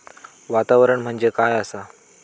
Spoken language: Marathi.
वातावरण म्हणजे काय आसा?